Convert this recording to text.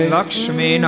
Lakshmi